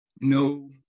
no